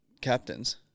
captains